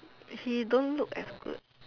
he don't look as good